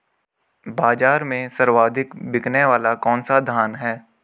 बाज़ार में सर्वाधिक बिकने वाला कौनसा धान है?